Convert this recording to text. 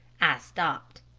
i stopped.